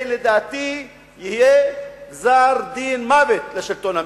לדעתי זה יהיה גזר-דין מוות לשלטון המקומי.